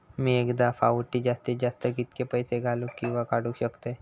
मी एका फाउटी जास्तीत जास्त कितके पैसे घालूक किवा काडूक शकतय?